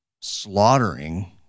slaughtering